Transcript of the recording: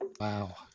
Wow